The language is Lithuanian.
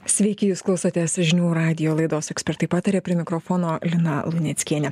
sveiki jūs klausotės žinių radijo laidos ekspertai pataria prie mikrofono lina luneckienė